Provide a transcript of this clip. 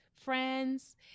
friends